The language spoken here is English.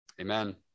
Amen